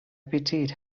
pitied